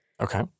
Okay